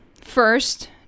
first